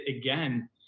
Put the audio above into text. again